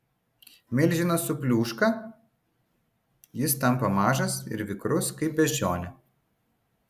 milžinas supliūška jis tampa mažas ir vikrus kaip beždžionė